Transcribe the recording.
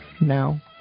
now